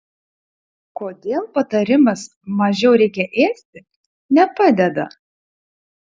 kodėl patarimas mažiau reikia ėsti nepadeda